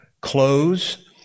close